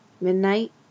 midnight